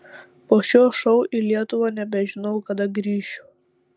po šio šou į lietuvą nebežinau kada grįšiu